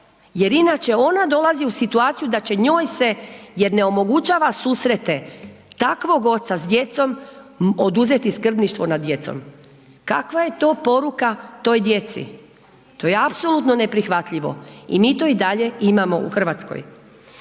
jer inače ona dolazi u situaciju da će njoj se jer ne onemogućava susrete takvog oca s djecom, oduzeti skrbništvo nad djecom. Kakva je to poruka toj djeci? To je apsolutno neprihvatljivo i mi to i dalje imamo u Hrvatskoj.